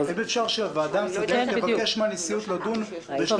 האם אפשר שהוועדה המסדרת תבקש מהנשיאות לדון בשלוש